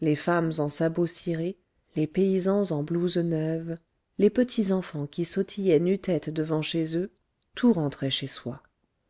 les femmes en sabots cirés les paysans en blouse neuve les petits enfants qui sautillaient nutête devant eux tout rentrait chez soi